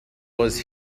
was